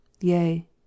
Yea